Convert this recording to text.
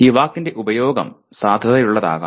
ഈ വാക്കിന്റെ ഉപയോഗം സാധുതയുള്ളതാകാം